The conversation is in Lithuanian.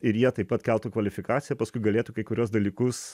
ir jie taip pat keltų kvalifikaciją paskui galėtų kai kuriuos dalykus